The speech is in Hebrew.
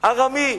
ארמי.